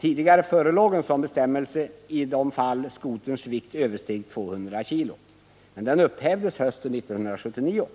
Tidigare förelåg en sådan bestämmelse för de fall skoterns vikt översteg 200 kg, men den upphävdes hösten 1979.